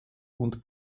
und